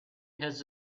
has